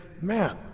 man